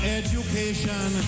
education